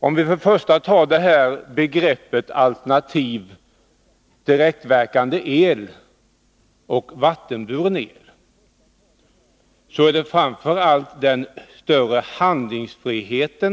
Om vi först och främst jämför alternativen direktverkande el och vattenburen el finner vi att man med vattenburen el framför allt får en större handlingsfrihet.